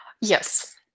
Yes